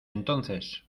entonces